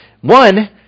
One